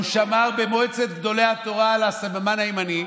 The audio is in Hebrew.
והוא שמר במועצת גדולי התורה על הסממן הימני.